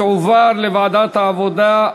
לדיון מוקדם בוועדת העבודה,